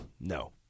No